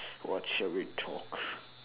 what shall we talk